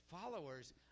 followers